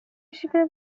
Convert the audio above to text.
نکشیده